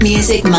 Music